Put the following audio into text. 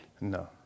No